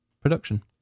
production